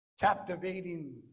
captivating